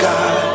God